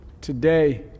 Today